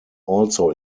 also